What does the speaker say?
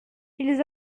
ils